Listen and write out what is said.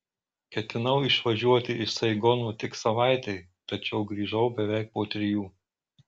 ketinau išvažiuoti iš saigono tik savaitei tačiau grįžau beveik po trijų